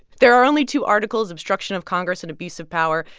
there are only two articles, obstruction of congress and abuse of power.